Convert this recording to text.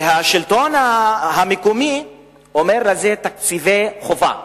והשלטון המקומי אומר: זה תקציבי חובה.